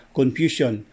confusion